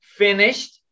finished